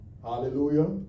Hallelujah